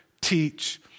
teach